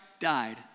died